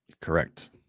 Correct